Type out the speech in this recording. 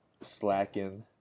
Slacking